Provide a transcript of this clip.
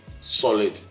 Solid